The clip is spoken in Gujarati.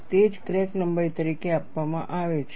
તે જ ક્રેક લંબાઈ તરીકે આપવામાં આવે છે